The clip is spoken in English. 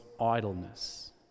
idleness